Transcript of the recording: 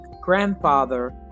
grandfather